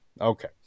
Okay